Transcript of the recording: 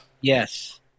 yes